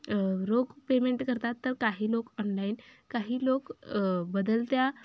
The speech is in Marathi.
रोख पेमेंट करतात तर काही लोक ऑनलाईन काही लोक बदलत्या